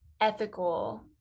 ethical